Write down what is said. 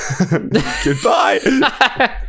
Goodbye